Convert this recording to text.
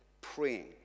praying